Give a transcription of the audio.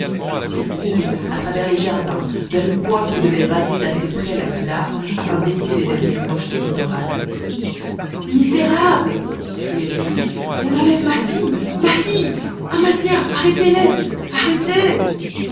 il courut à travers les jardins vers une pointe que devait raser d'assez près la guïdare afin d'éviter les dernières roches du littoral misérables criait-il on enlève ma fille ma fille amasia arrêtez les arrêtez